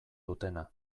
dutena